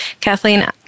Kathleen